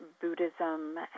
Buddhism